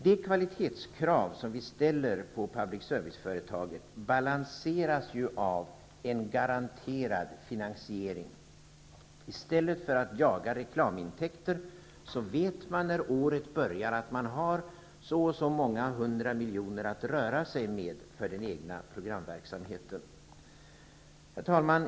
De kvalitetskrav som vi ställer på public serviceföretaget balanseras av en garanterad finansiering. I stället för att jaga reklamintäkter vet man när året börjar att man har så och så många 100 milj.kr. att röra sig med för den egna programverksamheten. Herr talman!